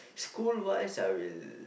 school wise I'll